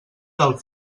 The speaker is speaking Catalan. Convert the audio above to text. del